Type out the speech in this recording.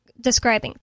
describing